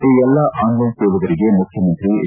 ಈ ಎಲ್ಲ ಆನ್ಲೈನ್ ಸೇವೆಗಳಿಗೆ ಮುಖ್ಯಮಂತ್ರಿ ಎಚ್